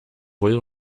voyage